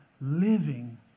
Living